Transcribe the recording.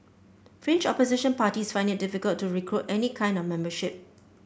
fringe opposition parties find it difficult to recruit any kind of membership